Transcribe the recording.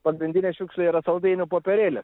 pagrindinė šiukšlė yra saldainių popierėlis